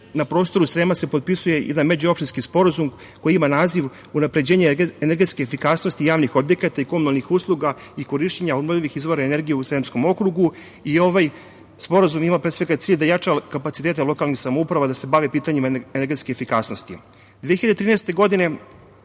na prostoru Srema se potpisuje jedan međuopštinski sporazum, koji ima naziv – Unapređenje energetske efikasnosti javnih objekata i komunalnih usluga i korišćenje obnovljivih izvora energije u Sremskom okrugu. Ovaj sporazum ima, pre svega, za cilj da jača kapacitete lokalnih samouprava, da se bave pitanjima energetske efikasnosti. Godine